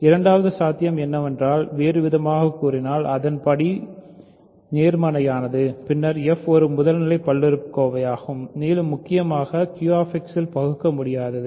இரண்டாவது சாத்தியம் என்னவென்றால் வேறுவிதமாகக் கூறினால் அதன் படி நேர்மறையானது பின்னர் f ஒரு முதல்நிலை பல்லுறுப்புக்கோவையாகும் மேலும் முக்கியமாக Q X இல் பகுக்கமுடியாது